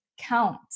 count